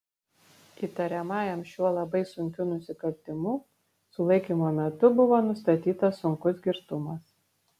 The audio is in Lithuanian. įtariamajam šiuo labai sunkiu nusikaltimu sulaikymo metu buvo nustatytas sunkus girtumas